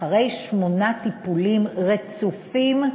אחרי שמונה טיפולים רצופים,